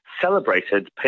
celebrated